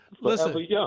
Listen